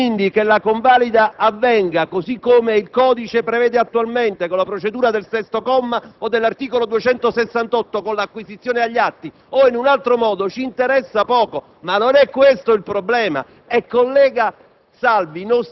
e, quindi, che la convalida avvenga così come il codice prevede attualmente; con la procedura del comma 6 dell'articolo 268, con l'acquisizione agli atti o in un altro modo, ci interessa poco. Non è questo il problema.